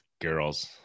girls